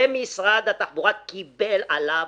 ומשרד התחבורה קיבל עליו,